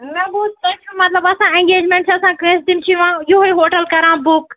مےٚ بوٗز تُہۍ چھُو مطلب آسان انٛگیجمٮ۪نٛٹ چھِ آسان کٲنٛسہِ تِم چھِ یِوان یِہوٚے ہوٹل کَران بُک